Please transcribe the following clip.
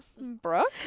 Brooke